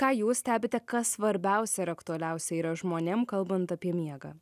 ką jūs stebite kas svarbiausia ir aktualiausia yra žmonėm kalbant apie miegą